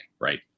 right